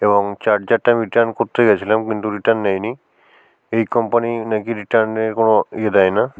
এবং চার্জারটা আমি রিটার্ন করতে গিয়েছিলাম কিন্তু রিটার্ন নেয়নি এই কোম্পানি নাকি রিটার্নের কোনও ইয়ে দেয় না